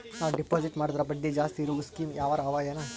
ನಾವು ಡೆಪಾಜಿಟ್ ಮಾಡಿದರ ಬಡ್ಡಿ ಜಾಸ್ತಿ ಇರವು ಸ್ಕೀಮ ಯಾವಾರ ಅವ ಏನ?